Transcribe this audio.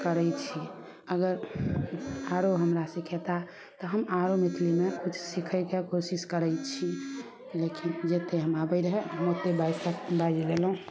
करै छी अगर आरो हमरा सीखेताह तऽ हम आरो मैथिलीमे कुछ सीखय के कुछ कोशिश करय छी लेकिन जते हम आबै रहै हम ओते बाइज लेलौं